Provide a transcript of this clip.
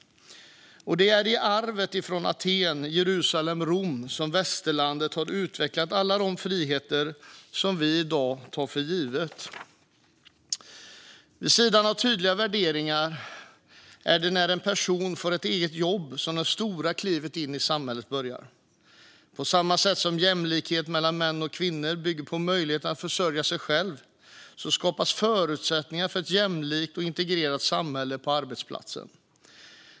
Och det är i arvet från Aten, Jerusalem och Rom som västerlandet har utvecklat alla de friheter som vi i dag tar för givna. Vid sidan av tydliga värderingar är det när en person får ett eget jobb som det stora klivet in i samhället börjar. På samma sätt som jämlikhet mellan män och kvinnor bygger på möjligheten att försörja sig själv skapas förutsättningarna för ett jämlikt och integrerat samhälle på arbetsplatsen.